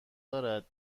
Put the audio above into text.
دارد